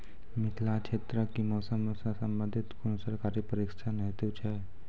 मिथिला क्षेत्रक कि मौसम से संबंधित कुनू सरकारी प्रशिक्षण हेतु छै?